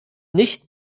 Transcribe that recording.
nicht